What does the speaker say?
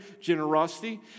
generosity